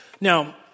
Now